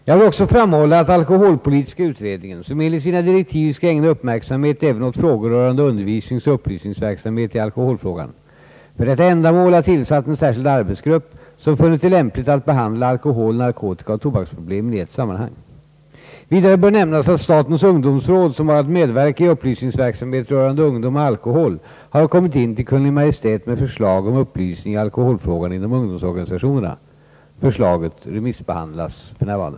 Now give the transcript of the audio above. Jag vill också framhålla att alkohol politiska utredningen — som enligt sina direktiv skall ägna uppmärksamhet även åt frågor rörande undervisningsoch upplysningsverksamhet i alkoholfrågan — för detta ändamål har tillsatt en särskild arbetsgrupp, som funnit det lämpligt att behandla alkohol-, narkotikaoch tobaksproblemen i ett sammanhang. Vidare bör nämnas att statens ungdomsråd, som har att medverka i upplysningsverksamhet rörande ungdom och alkohol, har kommit in till Kungl. Maj:t med förslag om upplysning i alkoholfrågan inom ungdomsorganisationerna. Förslaget remissbehandlas f.n.